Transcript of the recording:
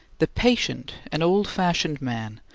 the patient, an old-fashioned man,